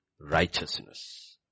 righteousness